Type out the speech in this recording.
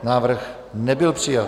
Návrh nebyl přijat.